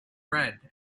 red